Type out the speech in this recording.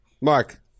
Mark